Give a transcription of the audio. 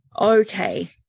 Okay